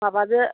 माबादो